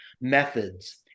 methods